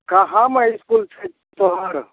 कहाँमे इसकुल छै तोहर